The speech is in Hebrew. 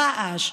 רעש,